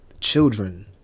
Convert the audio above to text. children